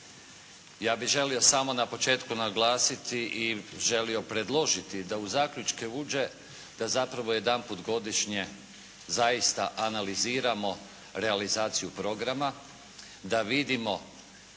Ja bih želio samo na početku naglasiti i želio predložiti da u zaključke uđe da zapravo jedanput godišnje zaista analiziramo realizaciju programa da vidimo